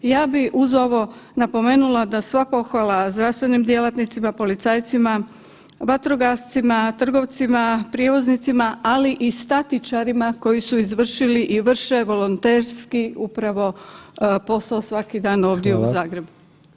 Ja bi uz ovo napomenula da svako hvala zdravstvenim djelatnicima, policajcima, vatrogascima, trgovcima, prijevoznicima ali i statičarima koji su izvršili i vrše volonterski upravo posao svaki dan ovdje u Zagrebu.